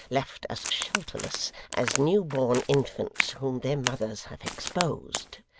left as shelterless as new-born infants whom their mothers have exposed.